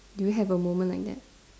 do you have a moment like that